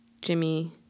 Jimmy